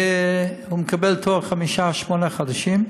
והוא מקבל תור חמישה-שמונה חודשים,